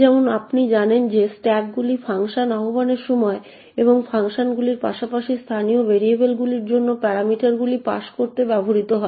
যেমন আপনি জানেন যে স্ট্যাকগুলি ফাংশন আহ্বানের সময় এবং ফাংশনগুলির পাশাপাশি স্থানীয় ভেরিয়েবলগুলির জন্য প্যারামিটারগুলি পাস করতে ব্যবহৃত হয়